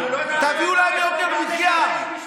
תביאו יוקר מחיה.